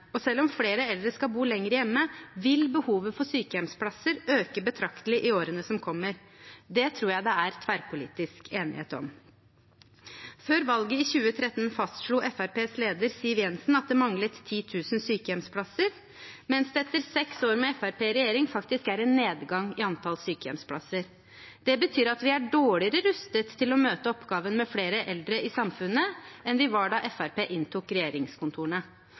Og selv om flere eldre skal bo lenger hjemme, vil behovet for sykehjemsplasser øke betraktelig i årene som kommer. Det tror jeg det er tverrpolitisk enighet om. Før valget i 2013 fastslo Fremskrittspartiets leder Siv Jensen at det manglet 10 000 sykehjemsplasser, mens det etter seks år med Fremskrittspartiet i regjering faktisk er en nedgang i antall sykehjemsplasser. Det betyr at vi er dårligere rustet til å møte oppgaven med flere eldre i samfunnet enn vi var da Fremskrittspartiet inntok regjeringskontorene.